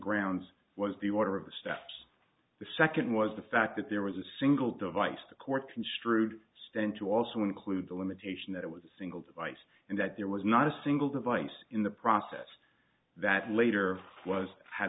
grounds was the order of the staff's the second was the fact that there was a single device the court construed stent to also include the limitation that it was a single device and that there was not a single device in the process that later was how